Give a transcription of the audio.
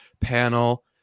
panel